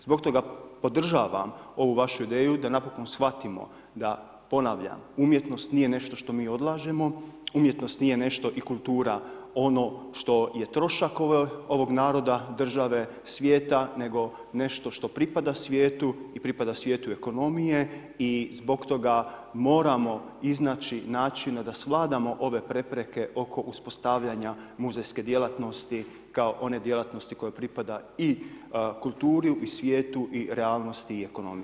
Zbog toga podržavam ovu vašu ideju da napokon shvatimo da, ponavljam, umjetnost nije nešto što mi odlažemo, umjetnost nije nešto i kultura ono što je trošak ovog naroda, države, svijeta nego nešto što pripada svijetu i pripada svijetu ekonomije i zbog toga moramo iznaći načina da svladamo ove prepreke oko uspostavljanja muzejske djelatnosti kao one djelatnosti kojoj pripada i kulturi i svijetu i realnosti i ekonomiji.